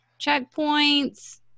checkpoints